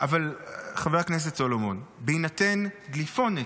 אבל חבר הכנסת סולומון, בהינתן דליפונת,